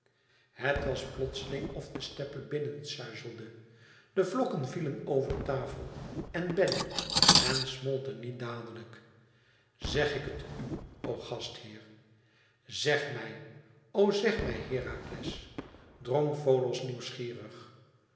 het was plotseling of de steppe binnen suizelde de vlokken vielen over tafel en bedden en smolten niet dadelijk zeg ik het u o gastheer zeg mij o zeg mij herakles drong folos nieuwsgierig